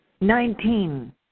Nineteen